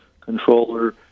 controller